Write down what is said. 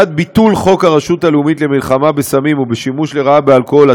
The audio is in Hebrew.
לצד ביטול חוק הרשות הלאומית למלחמה בסמים ובשימוש לרעה באלכוהול,